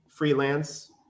freelance